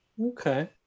Okay